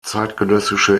zeitgenössische